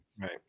right